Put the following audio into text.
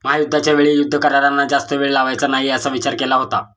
महायुद्धाच्या वेळी युद्ध करारांना जास्त वेळ लावायचा नाही असा विचार केला होता